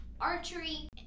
archery